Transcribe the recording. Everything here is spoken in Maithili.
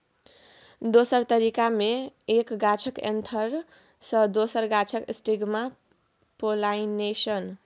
दोसर तरीका मे एक गाछक एन्थर सँ दोसर गाछक स्टिगमाक पोलाइनेशन